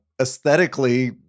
aesthetically